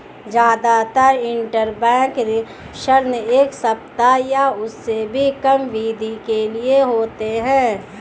जादातर इन्टरबैंक ऋण एक सप्ताह या उससे भी कम अवधि के लिए होते हैं